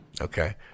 Okay